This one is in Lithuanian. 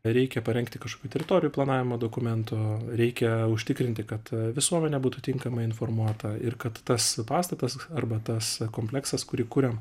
reikia parengti kažkokių teritorijų planavimo dokumentų reikia užtikrinti kad visuomenė būtų tinkamai informuota ir kad tas pastatas arba tas kompleksas kurį kuriam